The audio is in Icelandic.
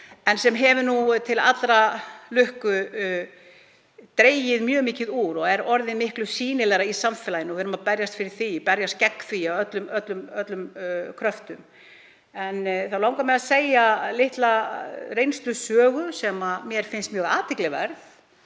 sem hefur nú til allrar lukku dregið mjög mikið úr en er orðið miklu sýnilegra í samfélaginu og við erum að berjast gegn því af öllum kröftum. Því langar mig að segja litla reynslusögu sem mér finnst mjög athygliverð